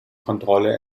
kontrolle